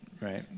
right